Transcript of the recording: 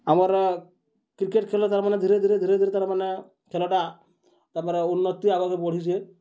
ଆମର୍ କ୍ରିକେଟ୍ ଖେଲ ତାର୍ମାନେ ଧୀରେ ଧୀରେ ଧୀରେ ଧୀରେ ତାର୍ମାନେ ଖେଲଟା ତାପରେ ଉନ୍ନତି ଆଗରେ ବଢ଼ିଚେ